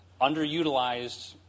underutilized